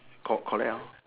got correct orh